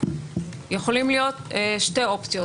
יכולים להיות שתי אופציות